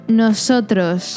nosotros